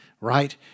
right